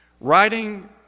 writing